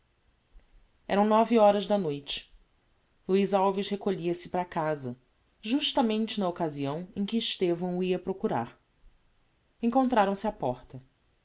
eram nove horas da noite luiz alves recolhia-se para casa justamente no occasião em que estevão o ia procurar encontraram-se á porta